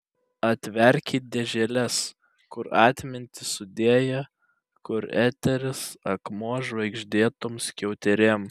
atverkit dėželes kur atmintį sudėję kur eteris akmuo žvaigždėtom skiauterėm